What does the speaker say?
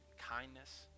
Kindness